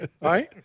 Right